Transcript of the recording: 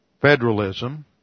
federalism